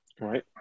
right